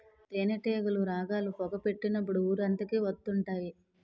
తేనేటీగలు రాగాలు, పొగ పెట్టినప్పుడు ఊరంతకి వత్తుంటాయి